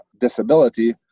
disability